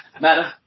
matter